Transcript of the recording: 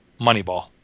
Moneyball